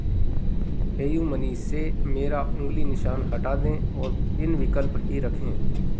PayU money से मेरा उंगली निशान हटा दें और पिन विकल्प ही रखें